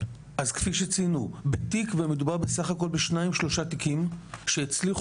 לאו דווקא כלים מעולם האכיפה אלא בכלים של הסברה והידברות